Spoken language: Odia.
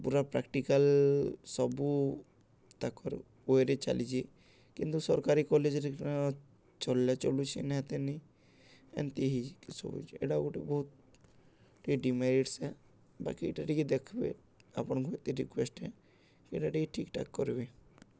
ପୁରା ପ୍ରାକ୍ଟିକାଲ ସବୁ ତାକର ୱେରେ ଚାଲିଛି କିନ୍ତୁ ସରକାରୀ କଲେଜରେ ଚଲିଲା ଚଲୁଛି ନେହାତେନି ଏମତି ହେଇ ସବୁ ଏଇଟା ଗୋଟେ ବହୁତ ଟିକେ ଡିମେରିଟ୍ସ ହେ ବାକି ଏଇଟା ଟିକେ ଦେଖ୍ବେ ଆପଣଙ୍କୁ ଏତେ ରିକ୍ୱେଷ୍ଟ ଏଇଟା ଟିକେ ଠିକ୍ ଠାକ୍ କରିବେ